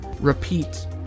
repeat